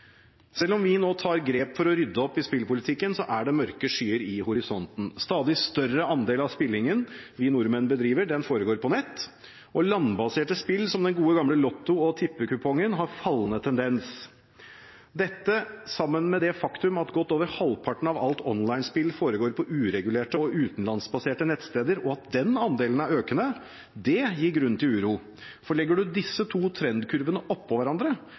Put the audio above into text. Selv om vi nå tar grep for å rydde opp i spillpolitikken, er det mørke skyer i horisonten. Stadig større andel av spillingen vi nordmenn bedriver, foregår på nett. Landbaserte spill som den gode gamle lotto- og tippekupongen, har fallende tendens. Dette sammen med det faktum at godt over halvparten av alt onlinespill foregår på uregulerte og utenlandsbaserte nettsteder, og at den andelen er økende, gir grunn til uro. Legger man de to trendkurvene oppå hverandre,